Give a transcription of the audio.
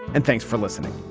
and thanks for listening